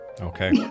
Okay